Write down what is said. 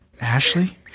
Ashley